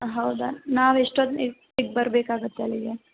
ಹೌದಾ ನಾವು ಎಷ್ಟೊತ್ತಿಗೆ ಬರ್ಬೇಕಾಗುತ್ತೆ ಅಲ್ಲಿಗೆ